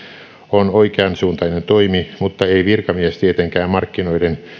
on oikeansuuntainen toimi mutta ei virkamies tietenkään markkinoiden